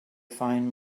find